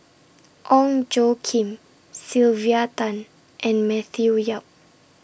Ong Tjoe Kim Sylvia Tan and Matthew Yap